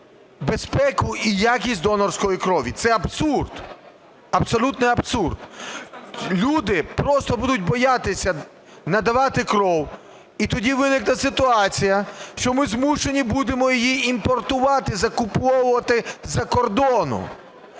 безпеку і якість донорської крові. Це абсурд. Абсолютний абсурд. Люди просто будуть боятися надавати кров, і тоді виникне ситуація, що ми змушені будемо її імпортувати, закуповувати з-за кордону.